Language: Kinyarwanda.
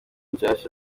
nshasha